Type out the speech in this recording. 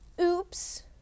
Oops